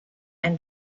and